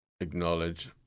acknowledge